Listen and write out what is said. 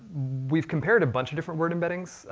we've compared a bunch of different word embeddings.